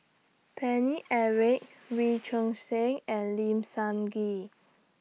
Paine Eric Wee Choon Seng and Lim Sun Gee